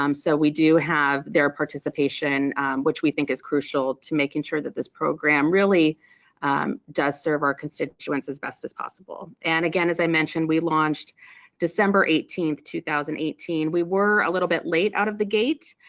um so we do have their participation which we think is crucial to making sure that this program really does serve our constituents as best as possible. and again as i mentioned, we launched december eighteen two thousand and eighteen. we were a little bit late out of the gate,